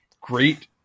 great